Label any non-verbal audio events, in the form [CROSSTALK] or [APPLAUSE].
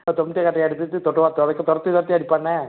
தொம்பட்டை கட்டைய எடுத்துக்கிட்டு [UNINTELLIGIBLE] துரத்தி துரத்தி துரத்தி அடிப்பாண்ணே